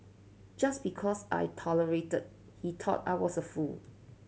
just because I tolerated he thought I was a fool